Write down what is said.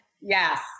Yes